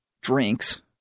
drinks